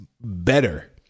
better